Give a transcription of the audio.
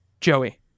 Joey